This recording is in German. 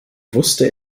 wusste